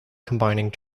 combining